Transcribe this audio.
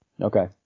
Okay